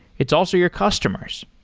it's also your customers.